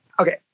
okay